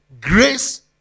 grace